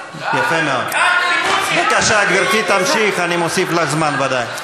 בבקשה, גברתי תמשיך, אני מוסיף לך זמן, בוודאי.